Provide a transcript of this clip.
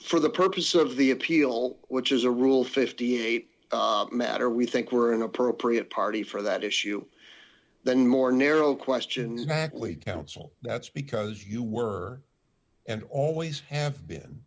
for the purpose of the appeal which is a rule fifty eight matter we think were an appropriate party for that issue then more narrow question in fact lead counsel that's because you were and always have been